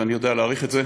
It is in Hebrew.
ואני יודע להעריך את זה,